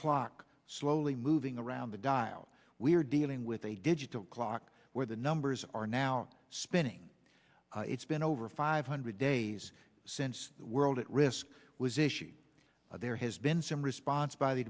clock slowly moving around the dial we're dealing with a digital clock where the numbers are now spinning it's been over five hundred days since the world at risk was issued there has been some response by the